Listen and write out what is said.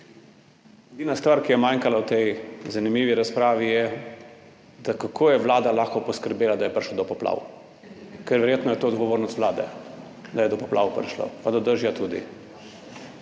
Edina stvar, ki je manjkala v tej zanimivi razpravi, je, kako je vlada lahko poskrbela, da je prišlo do poplav, ker verjetno je to odgovornost vlade, da je do poplav prišlo pa do dežja tudi.